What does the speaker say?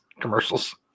commercials